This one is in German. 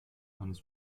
eines